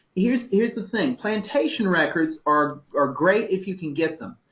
here's, here's the thing. plantation records are are great if you can get them,